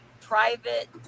private